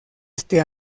este